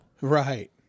Right